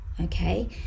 okay